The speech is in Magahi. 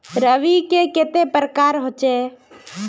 रवि के कते प्रकार होचे?